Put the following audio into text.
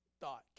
thought